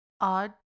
odd